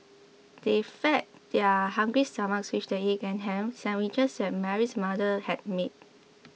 they fed their hungry stomachs with the egg and ham sandwiches that Mary's mother had made